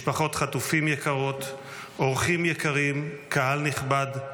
משפחות חטופים יקרות, אורחים יקרים, קהל נכבד,